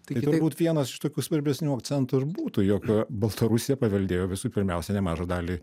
tai turbūt vienas iš tokių svarbesnių akcentų ir būtų jog baltarusija paveldėjo visų pirmiausia nemažą dalį